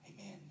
amen